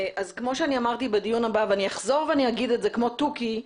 כמו שאני אמרתי בדיון הקודם ואני אחזור ואני אגיד את זה כמו תוכי,